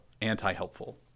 anti-helpful